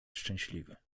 szczęśliwy